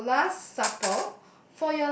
so last supper